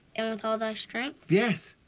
and with all thy strength? yes!